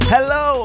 Hello